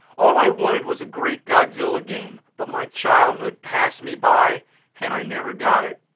all i wanted was a great godzilla game, but my childhood passed me by and i never got it.